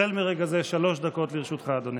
החל מרגע זה שלוש דקות לרשותך, אדוני.